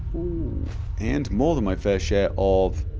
and more than my fair share of